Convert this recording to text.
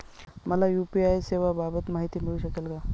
मला यू.पी.आय सेवांबाबत माहिती मिळू शकते का?